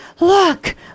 look